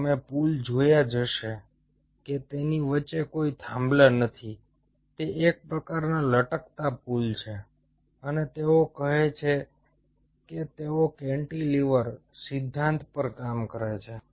તમે પુલ જોયા જ હશે કે તેની વચ્ચે કોઈ થાંભલા નથી તે એક પ્રકારનો લટકતો પુલ છે અને તેઓ કહે છે કે તેઓ કેન્ટિલીવર સિદ્ધાંત પર કામ કરે છે